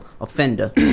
offender